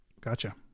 Gotcha